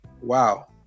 wow